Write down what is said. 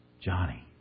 Johnny